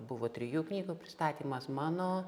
buvo trijų knygų pristatymas mano